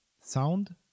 sound